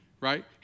right